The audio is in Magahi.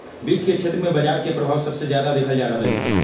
वित्त के क्षेत्र में बजार के परभाव सबसे जादा देखल जा रहलई ह